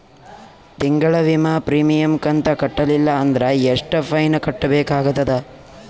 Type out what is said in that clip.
ತಿಂಗಳ ವಿಮಾ ಪ್ರೀಮಿಯಂ ಕಂತ ಕಟ್ಟಲಿಲ್ಲ ಅಂದ್ರ ಎಷ್ಟ ಫೈನ ಕಟ್ಟಬೇಕಾಗತದ?